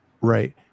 Right